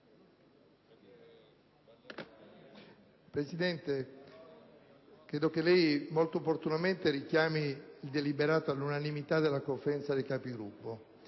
Presidente, molto opportunamente lei richiama il deliberato all'unanimità della Conferenza dei Capigruppo